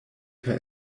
per